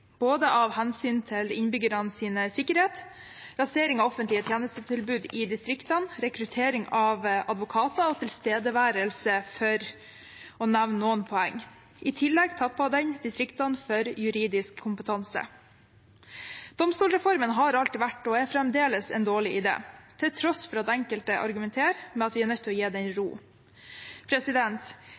både innbyggernes sikkerhet, rasering av offentlige tjenestetilbud i distriktene, rekruttering av advokater og tilstedeværelse, for å nevne noen poeng. I tillegg tapper den distriktene for juridisk kompetanse. Domstolsreformen har alltid vært, og er fremdeles, en dårlig idé – til tross for at enkelte argumenterer med at vi er nødt til å gi den